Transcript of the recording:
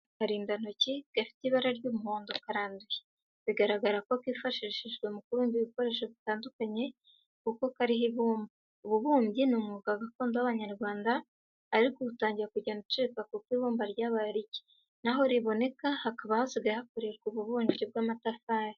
Akarindantoki gafite ibara ry'umuhondo karanduye, bigaragara ko kifashishijwe mu kubumba ibikoresho bitandukanye kuko kariho ibumba. Ububumbyi ni umwuga gakondo w'Abanyarwanda ariko ubu utangiye kugenda ucika kuko ibumba ryabaye rike naho riboneka hakaba hasigaye hakorerwa ububumbyi bw'amatafari.